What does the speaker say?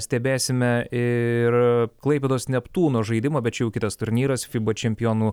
stebėsime ir klaipėdos neptūno žaidimą bet čia jau kitas turnyras fiba čempionų